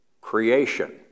creation